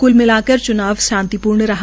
कृल मिलाकर च्नाव शांतिपूर्ण रहा